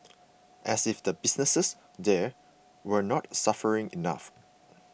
as if the businesses there weren't suffering enough